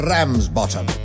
Ramsbottom